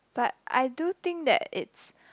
but I do think that it's